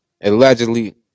Allegedly